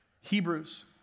Hebrews